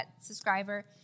subscriber